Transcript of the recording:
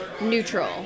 neutral